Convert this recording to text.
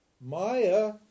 Maya